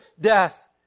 death